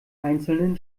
einzelnen